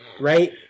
right